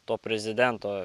to prezidento